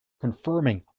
confirming